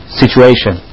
situation